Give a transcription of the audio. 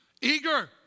Eager